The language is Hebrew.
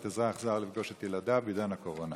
אזרח זר לפגוש את ילדיו בעידן הקורונה.